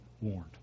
warned